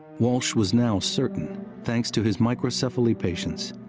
walsh was now certain, thanks to his microcephaly patients,